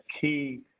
key